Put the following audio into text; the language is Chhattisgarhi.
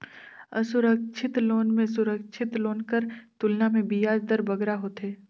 असुरक्छित लोन में सुरक्छित लोन कर तुलना में बियाज दर बगरा होथे